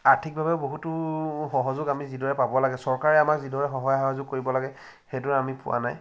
আৰ্থিকভাৱে বহুতো সহযোগ আমি যিদৰে পাব লাগে চৰকাৰে আমাক যিদৰে সহায় সহযোগ কৰিব লাগে সেইদৰে আমি পোৱা নাই